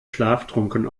schlaftrunken